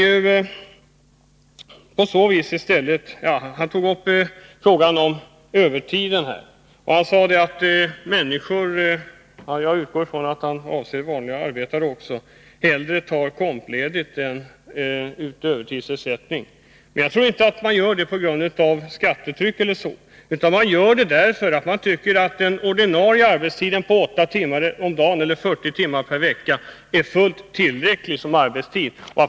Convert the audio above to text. Gösta Bohman tog vidare upp frågan om övertiden. Han sade att människor — jag utgår från att han också avser vanliga arbetare — hellre tar kompensationsledigt än de tar ut övertidsersättning. Jag för min del tror inte att man tar kompensationsledigt på grund av t.ex. skattetrycket, utan jag tror att man gör det därför att man anser att den ordinarie arbetstiden — 8 timmar om dagen, eller 40 timmar i veckan — är fullt tillräcklig.